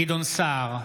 גדעון סער,